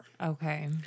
Okay